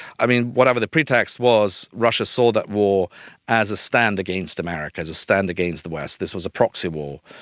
i mean, whatever the pretext was, russia saw that war as a stand against america, as a stand against the west. this was a proxy war,